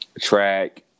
track